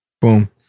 Boom